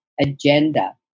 agenda